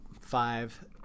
five